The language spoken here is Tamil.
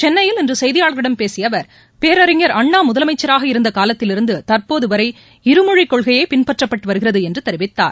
சென்னையில் இன்று செய்தியாளர்களிடம் பேசிய அவர் பேரறிஞர் அண்ணா முதலமைச்சராக இருந்த காலத்திலிருந்து தற்போது வரை இருமொழி கொள்கையே பின்பற்றப்பட்டு வருகிறது என்று தெரிவித்தார்